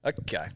Okay